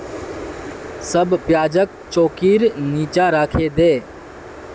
सब प्याजक चौंकीर नीचा राखे दे